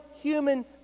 human